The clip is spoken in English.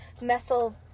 Messel